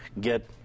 get